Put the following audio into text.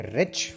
rich